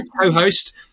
co-host